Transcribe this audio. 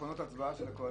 מכונות הצבעה של הקואליציה.